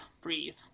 breathe